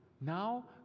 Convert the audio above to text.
Now